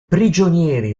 prigionieri